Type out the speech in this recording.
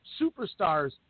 superstars